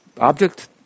object